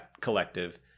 Collective